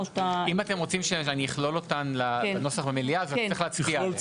אם אתם רוצים שאני אכלול אותן בנוסח למליאה צריך להצביע עליהן.